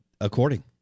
According